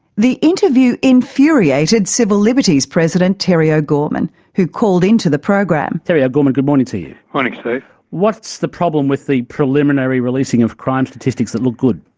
the interview infuriated civil liberties president terry o'gorman, who called in to the program. terry o'gorman, good morning to you. morning steve. what's the problem with the preliminary releasing of crime statistics that look good?